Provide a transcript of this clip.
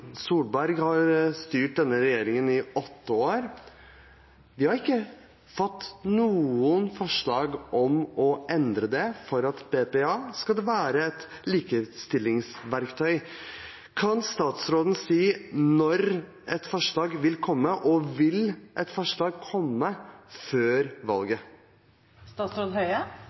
Solberg har styrt denne regjeringen i åtte år. Vi har ikke fått noe forslag om å endre det for at BPA skal være et likestillingsverktøy. Kan statsråden si når et forslag vil komme? Vil et forslag komme før